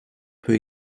peut